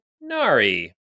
Nari